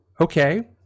Okay